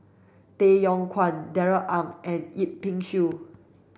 Tay Yong Kwang Darrell Ang and Yip Pin Xiu